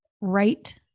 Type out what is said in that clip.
right